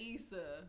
Issa